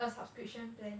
a subscription plan